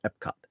Epcot